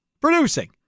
Producing